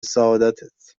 سعادتت